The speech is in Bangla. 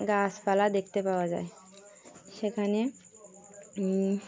গাছপালা দেখতে পাওয়া যায় সেখানে